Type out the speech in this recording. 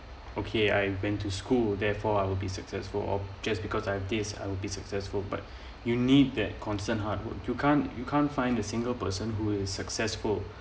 okay I went to school therefore I will be successful or just because I have this I would be successful but you need that concerned hard work you can't you can't find the single person who is successful